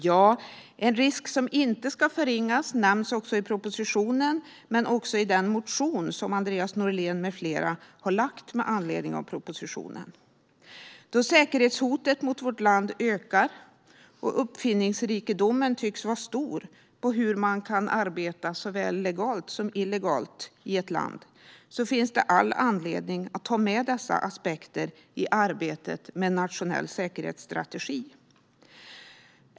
Ja, det finns en risk som inte ska förringas och som nämns både i propositionen och i den motion som Andreas Norlén med flera har lagt fram med anledning av den. Då säkerhetshotet mot vårt land ökar och uppfinningsrikedomen tycks vara stor när det gäller hur man kan arbeta såväl legalt som illegalt i ett land finns det all anledning att ta med dessa aspekter i arbetet med en nationell säkerhetsstrategi.